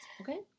okay